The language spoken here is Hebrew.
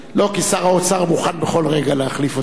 לא, כי שר האוצר מוכן בכל רגע להחליף אותך.